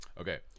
okay